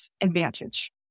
advantage